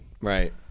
right